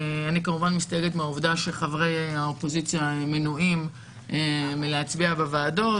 אני כמובן מסתייגת מן העובדה שחברי האופוזיציה מנועים מלהצביע בוועדות.